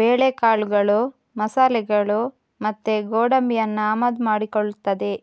ಬೇಳೆಕಾಳುಗಳು, ಮಸಾಲೆಗಳು ಮತ್ತೆ ಗೋಡಂಬಿಯನ್ನ ಆಮದು ಮಾಡಿಕೊಳ್ತದೆ